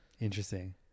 Interesting